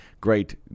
great